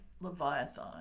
Leviathan